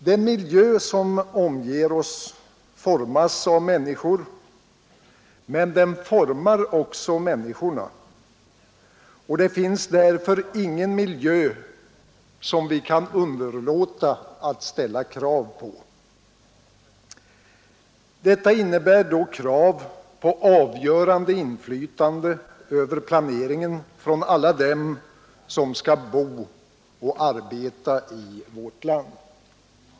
Den miljö som omger oss formas av människor, men den formar också människorna, och det finns därför ingen miljö, som vi kan underlåta att ställa krav på. Detta innebär krav på avgörande inflytande över planeringen från alla dem som skall bo och arbeta i vårt land.